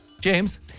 James